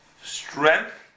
strength